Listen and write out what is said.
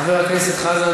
חבר הכנסת אורן,